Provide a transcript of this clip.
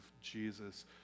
Jesus